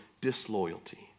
disloyalty